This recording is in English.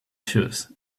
shoes